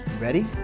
Ready